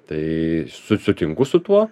tai su sutinku su tuo